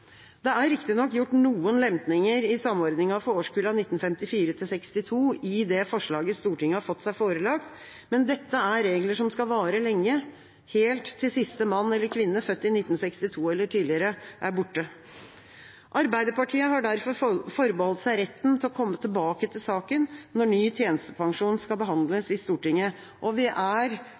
Det er riktignok gjort noen lempinger i samordningen for årskullene 1954–1962 i det forslaget Stortinget har fått seg forelagt, men dette er regler som skal vare lenge – helt til siste mann eller kvinne født i 1962 eller tidligere er borte. Arbeiderpartiet har derfor forbeholdt seg retten til å komme tilbake til saken når ny tjenestepensjon skal behandles i Stortinget. Vi er